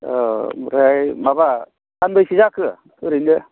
औ ओमफ्राय माबा सानबैसे जाखो ओरैनो